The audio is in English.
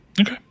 Okay